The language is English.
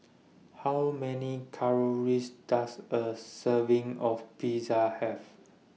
How Many Calories Does A Serving of Pizza Have